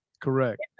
Correct